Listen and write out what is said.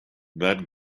that